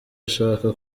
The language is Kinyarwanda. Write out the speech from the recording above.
ashaka